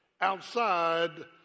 outside